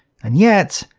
and yet,